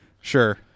Sure